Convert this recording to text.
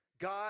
God